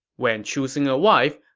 when choosing a wife,